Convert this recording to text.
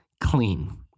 clean